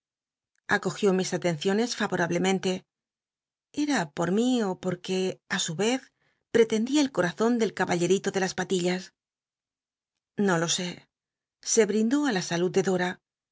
acogió mis atenciones l'ayorablemenle eta por mí ó porque á su yez prelendia el corazon del caballerito de lás patillas no lo sé se brindó á la salud de dora